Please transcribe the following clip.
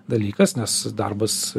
dalykas nes darbas